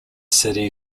city